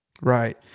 Right